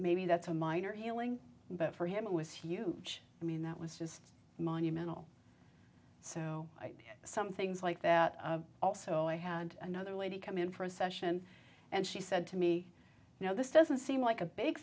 maybe that's a minor healing but for him it was huge i mean that was just monumental so i did some things like that also i had another lady come in for a session and she said to me you know this doesn't seem like a big